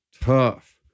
tough